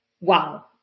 wow